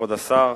כבוד השר,